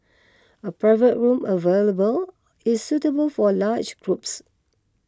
a private room available is suitable for large groups